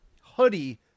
hoodie